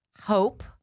hope